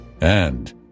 And